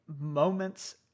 moments